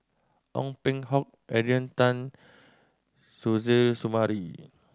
Ong Peng Hock Adrian Tan Suzairhe Sumari